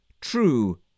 true